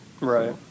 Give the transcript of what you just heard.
Right